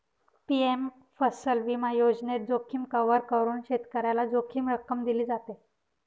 PM फसल विमा योजनेत, जोखीम कव्हर करून शेतकऱ्याला जोखीम रक्कम दिली जाते